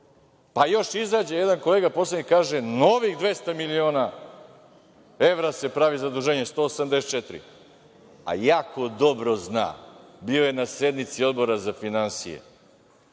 Pa, još izađe još jedan kolega poslanik kaže – novih 200 miliona evra se pravi zaduženjem, 184, a jako dobro zna, bio je na sednici Odbora za finansije,